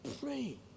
Pray